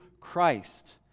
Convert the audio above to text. Christ